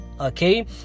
okay